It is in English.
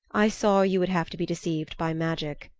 i saw you would have to be deceived by magic.